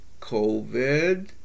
COVID